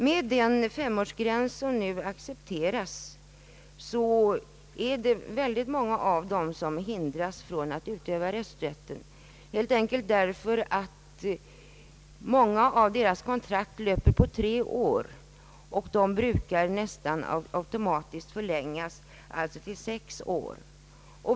Med den femårsgräns, som nu accepterats, följer att många av dessa tjänstemän hindras att utöva rösträtt, helt enkelt därför att många av dem har kontrakt som löper på tre år och som nästan automatiskt förlänges till sex år.